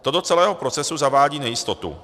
To do celého procesu zavádí nejistotu.